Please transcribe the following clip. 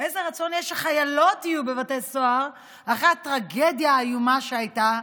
איזה רצון יש שחיילות יהיו בבתי סוהר אחרי הטרגדיה האיומה שהייתה,